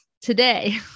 today